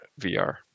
VR